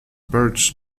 birds